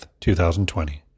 2020